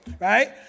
right